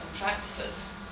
practices